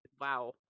Wow